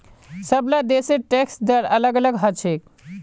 सबला देशेर टैक्स दर अलग अलग ह छेक